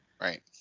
Right